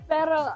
Pero